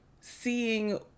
seeing